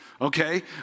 Okay